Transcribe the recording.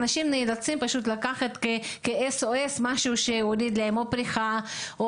אנשים נאלצים לקחת כ-SOS משהו שיוריד להם פריחה,